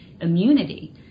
immunity